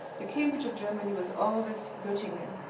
the cambridge of germany was always gottingen.